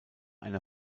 einer